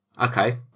Okay